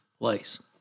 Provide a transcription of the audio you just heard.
place